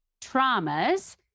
traumas